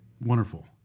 wonderful